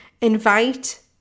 invite